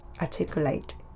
articulate